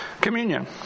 communion